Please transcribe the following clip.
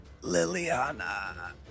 Liliana